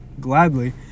gladly